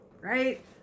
right